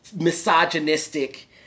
misogynistic